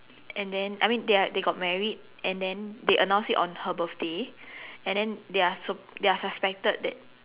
and then I mean they are they got married and then they announce it on her birthday and then they are sup~ they are suspected that